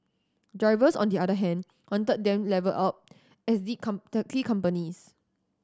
drivers on the other hand wanted them levelled up as the companies